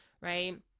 right